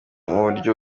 muburyo